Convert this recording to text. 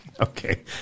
Okay